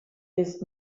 ist